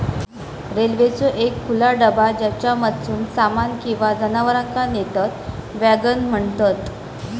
रेल्वेचो एक खुला डबा ज्येच्यामधसून सामान किंवा जनावरांका नेतत वॅगन म्हणतत